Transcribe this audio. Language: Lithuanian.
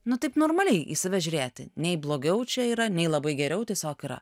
nu taip normaliai į save žiūrėti nei blogiau čia yra nei labai geriau tiesiog yra